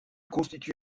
constitue